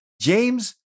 James